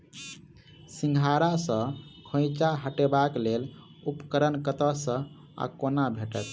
सिंघाड़ा सऽ खोइंचा हटेबाक लेल उपकरण कतह सऽ आ कोना भेटत?